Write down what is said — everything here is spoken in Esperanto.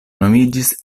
nomiĝis